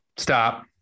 stop